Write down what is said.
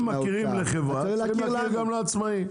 אם מכירים לחברה, צריך להכיר גם לעצמאי.